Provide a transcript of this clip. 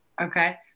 Okay